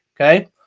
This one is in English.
okay